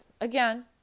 Again